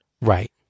Right